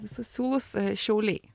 visus siūlus šiauliai